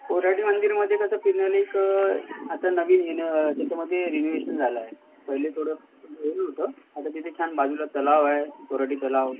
कोराडी मंदिरमधे कसं तिथनं एक आता नवीन रिनो त्याच्यामधे रिनोवेशन झालं आहे पहिले थोडं हे होतं आता तिथे छान बाजूला तलाव आहे कोराडी तलाव